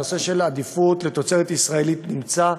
הנושא של עדיפות לתוצרת ישראלית נמצא,